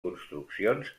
construccions